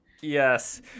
Yes